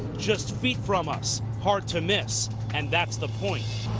just feet from us. hard to miss and that's the point.